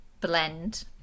blend